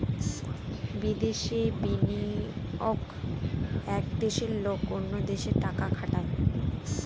বিদেশে বিনিয়োগ এক দেশের লোক অন্য দেশে টাকা খাটায়